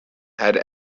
had